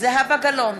זהבה גלאון,